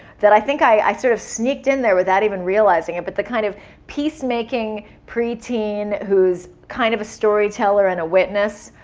i think i sort of sneaked in there without even realizing it. but the kind of peace-making, pre-teen who's kind of a storyteller and a witness,